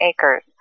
acres